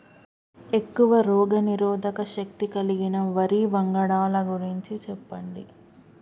ఎక్కువ రోగనిరోధక శక్తి కలిగిన వరి వంగడాల గురించి చెప్పండి?